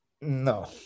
No